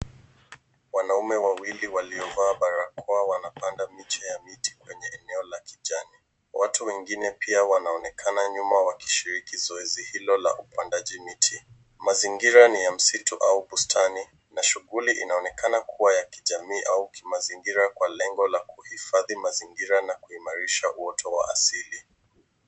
Wanaume wawili waliovaa barakoa wanapanda miche ya miti kwenye eneo la kijani. Watu wengine pia wanaonekana nyuma wakishiriki zoezi hilo la upandaji miti. Mazingira ni ya msitu au bustani na shughuli inaonekana kuwa ya kijamii au kimazingira kwa lengo la kuhifadhi mazingira na kuimarisha uoto wa asili.